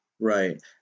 Right